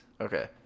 Okay